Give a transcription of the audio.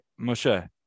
Moshe